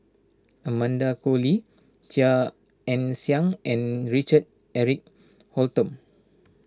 Amanda Koe Lee Chia Ann Siang and Richard Eric Holttum